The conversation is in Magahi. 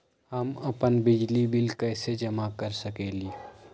हम अपन बिजली बिल कैसे जमा कर सकेली?